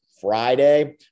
Friday